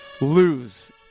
lose